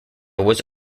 was